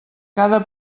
cada